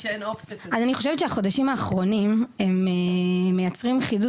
אני חושבת שהחודשים האחרונים הם מייצרים חידוד